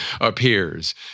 appears